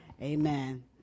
Amen